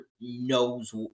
knows